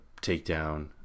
takedown